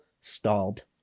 stalled